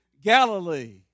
Galilee